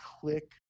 click